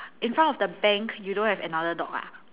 in front of the bank you don't have another dog ah